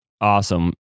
Awesome